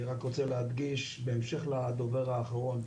אני רק רוצה להדגיש בהמשך לדובר האחרון.